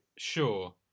sure